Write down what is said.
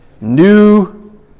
New